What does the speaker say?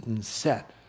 set